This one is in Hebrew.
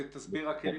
תסביר מה זה כלים